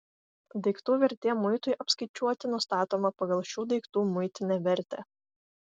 daiktų vertė muitui apskaičiuoti nustatoma pagal šių daiktų muitinę vertę